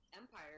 Empire